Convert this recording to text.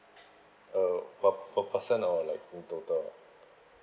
oh per person or like in total